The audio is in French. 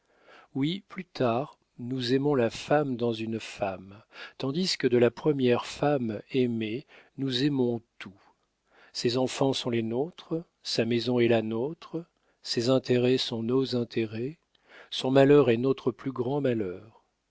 oui plus tard nous aimons la femme dans une femme tandis que de la première femme aimée nous aimons tout ses enfants sont les nôtres sa maison est la nôtre ses intérêts sont nos intérêts son malheur est notre plus grand malheur